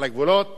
על הגבולות